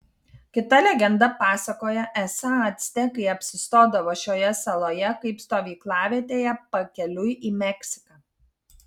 kita legenda pasakoja esą actekai apsistodavo šioje saloje kaip stovyklavietėje pakeliui į meksiką